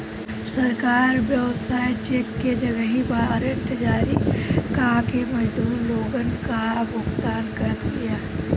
सरकार व्यवसाय चेक के जगही वारंट जारी कअ के मजदूर लोगन कअ भुगतान करत बिया